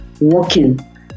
walking